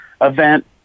event